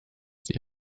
sich